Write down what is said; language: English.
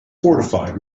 fortified